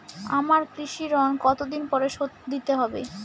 আমার কৃষিঋণ কতদিন পরে শোধ দিতে হবে?